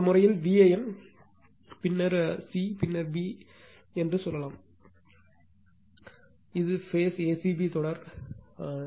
இந்த விஷயத்தில் Van பின்னர் சி பின்னர் பி என்று சொல்லலாம் இது பேஸ்ம் a c b தொடர் என்றால்